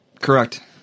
correct